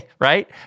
right